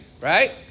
Right